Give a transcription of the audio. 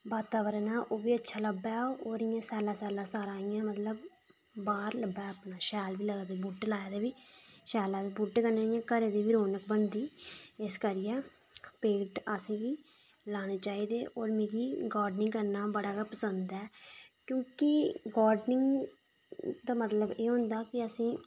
वातावरण ओह् बी अच्छा लब्भै और इ'यां सैल्ला सैल्ला इ'यां मतलब बाह्र लब्भै अपना शैल बी लगदे बूहटे लाऐ दे बी शैल लगदे बूहटे कन्नै इ'यां घरै दी रोनक बनदी इस करियै पेड़ असें गी लाने चाहिदे और मिगी गार्डनिंग करना बड़ा पंसद ऐ क्योंकि जेह्की गाडर्निंग दा मतलब एह् होंदा कि असें गी